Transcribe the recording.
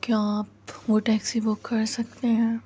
کیا آپ وہ ٹیکسی بک کر سکتے ہیں